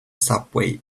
subway